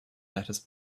lettuce